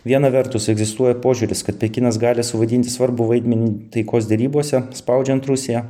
viena vertus egzistuoja požiūris kad pekinas gali suvaidinti svarbų vaidmenį taikos derybose spaudžiant rusiją